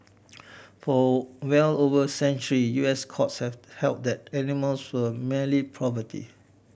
for well over century U S courts have held that animals were merely property